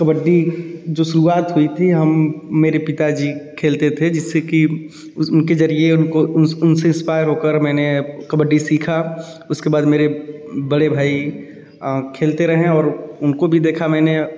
कबड्डी जो शुरुआत हुई थी हम मेरे पिताजी खेलते थे जिससे कि उस उनके ज़रिए उनको उनसे इंस्पायर हो कर मैंने कबड्डी सीखा उसके बाद मेरे बड़े भाई खेलते रहें और उनको भी देखा मैंने